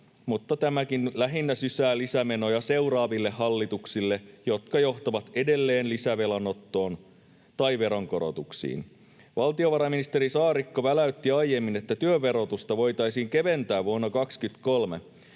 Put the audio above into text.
mutta tämäkin nyt lähinnä sysää seuraaville hallituksille lisämenoja, jotka johtavat edelleen lisävelanottoon tai veronkorotuksiin. Valtiovarainministeri Saarikko väläytti aiemmin, että työn verotusta voitaisiin keventää vuonna 23,